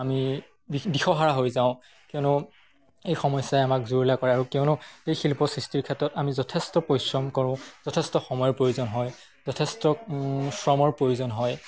আমি দিশহাৰা হৈ যাওঁ কিয়নো এই সমস্যাই আমাক জুৰুলা কৰে আৰু কিয়নো এই শিল্প সৃষ্টিৰ ক্ষেত্ৰত আমি যথেষ্ট পৰিশ্ৰম কৰোঁ যথেষ্ট সময়ৰ প্ৰয়োজন হয় যথেষ্ট শ্ৰমৰ প্ৰয়োজন হয়